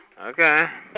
okay